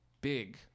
big